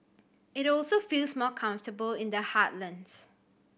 it also feels more comfortable in the heartlands